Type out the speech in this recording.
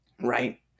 right